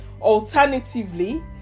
Alternatively